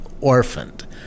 orphaned